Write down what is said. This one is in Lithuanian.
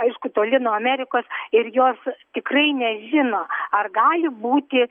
aišku toli nuo amerikos ir jos tikrai nežino ar gali būti